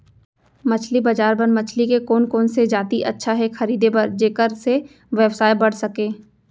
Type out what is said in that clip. मछली बजार बर मछली के कोन कोन से जाति अच्छा हे खरीदे बर जेकर से व्यवसाय बढ़ सके?